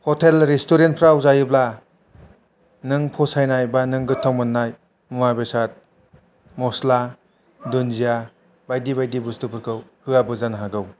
hotel रेसट'रेन्टफ्राव जायोब्ला नों फसायनाय बा नों गोथाव मोन्नाय मुवा बेसाद मस्ला दुन्दिया बायदि बायदि बुस्थुखौ होयाबो जानो हागौ